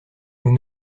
nous